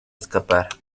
escapar